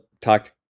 talked